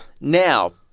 Now